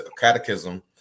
catechism